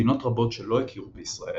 מדינות רבות שלא הכירו בישראל,